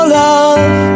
love